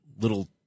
little